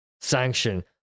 sanction